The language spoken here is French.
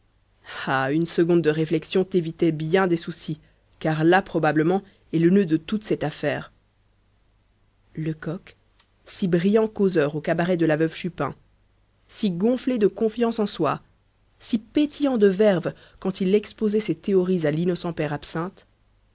ah une seconde de réflexion t'évitait bien des soucis car là probablement est le nœud de toute cette affaire lecoq si brillant causeur au cabaret de la veuve chupin si gonflé de confiance en soi si pétillant de verve quand il exposait ses théories à l'innocent père absinthe